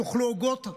תאכלו עוגות,